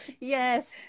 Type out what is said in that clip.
Yes